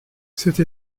cette